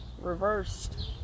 Reversed